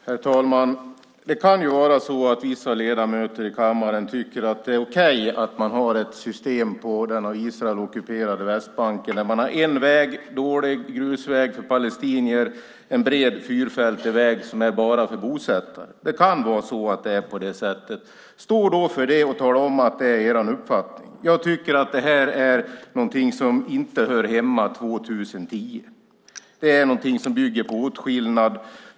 Herr talman! Det kan vara så att vissa ledamöter i kammaren tycker att det är okej att man har ett system på den av Israel ockuperade Västbanken där man har en dålig grusväg för palestinier och en bred fyrfältsväg bara för bosättare. Det kan vara på det sättet. Stå då för det och tala om att det är er uppfattning! Jag tycker att det här är någonting som inte hör hemma 2010. Det är någonting som bygger på åtskillnad.